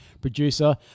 producer